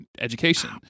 education